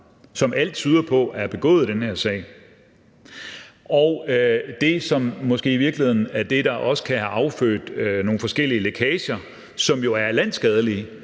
som alt tyder på er begået i den her sag, og det er måske i virkeligheden også det, som kan have affødt nogle forskellige lækager, som jo er landsskadelige,